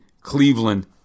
Cleveland